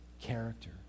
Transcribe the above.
character